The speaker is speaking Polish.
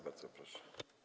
Bardzo proszę.